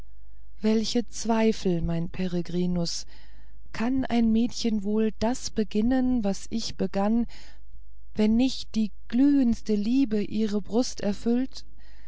welche zweifel mein peregrinus kann ein mädchen wohl das beginnen was ich begann wenn nicht die glühendste liebe ihre brust erfüllt